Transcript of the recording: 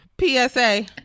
PSA